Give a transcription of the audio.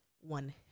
one